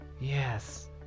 Yes